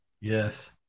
Yes